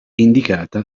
indicata